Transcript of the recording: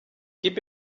gib